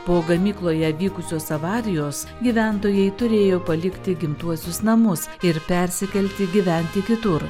po gamykloje vykusios avarijos gyventojai turėjo palikti gimtuosius namus ir persikelti gyventi kitur